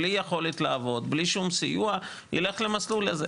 בלי יכולת לעבוד ובלי שום סיוע ילך למסלול הזה?